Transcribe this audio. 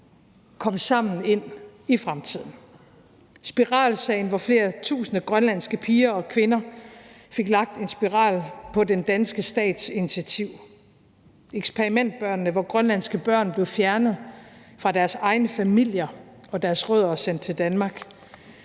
komme ind i fremtiden. Der er spiralsagen, hvor flere tusinde grønlandske piger og kvinder på den danske stats initiativ fik lagt en spiral op; der er sagen om eksperimentbørnene, hvor grønlandske børn blev fjernet fra deres egne familier og deres rødder og sendt til Danmark.